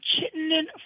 Chittenden